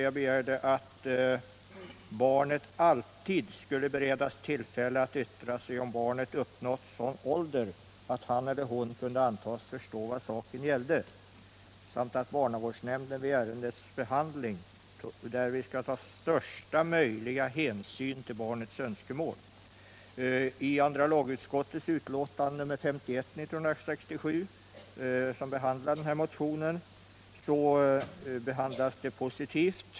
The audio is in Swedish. Jag begärde då att barnet alltid skulle beredas tillfälle att yttra sig, om barnet uppnått sådan ålder att han eller hon kunde antas förstå vad saken gällde, samt att barnavårdsnämnden vid ärendets behandling skulle ta största möjliga hänsyn till barnets önskemål. I andra lagutskottets utlåtande nr 51, 1967, behandlades motionen positivt.